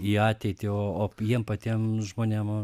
į ateitį o o jiem patiem žmonėm